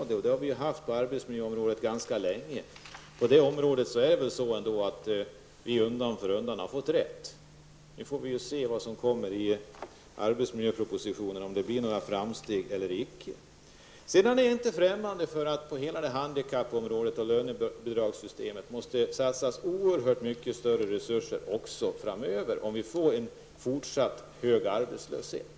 Det har vi haft ganska länge. På det området har vi undan för undan fått rätt. Nu får vi se vad som kommer i arbetsmiljöpropositionen, om det blir några framsteg eller icke. Vi är inte främmande för att det på hela handikappområdet och i lönebidragssystemet måste satsas oerhört mycket större resurser också framöver, om vi får en fortsatt hög arbetslöshet.